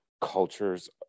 cultures